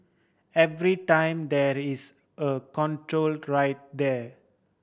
every time that is a control right there